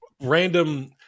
random